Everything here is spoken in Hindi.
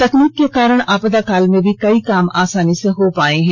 तकनीक के कारण आपदा काल में भी कई काम आसानी से हो पाये हैं